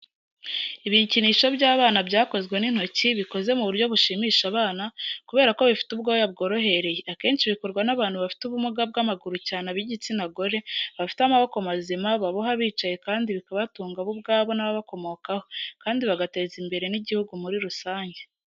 Ibikinisho by'abana byakozwe n’intoki, bikoze mu buryo bushimisha abana, kubera ko bifite ubwoya bworohereye, akenshi bikorwa n'abantu bafite ubumuga bw'amaguru cyane ab'igitsina gore, bafite amaboko mazima, baboha bicaye kandi bikabatunga bo ubwabo n'ababakomokaho, kandi bagateza imbere n'igihugu muri rusange.